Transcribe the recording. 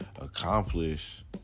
Accomplish